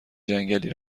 جنگلی